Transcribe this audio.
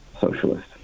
socialist